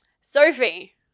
Sophie